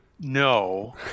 no